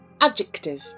Adjective